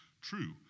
true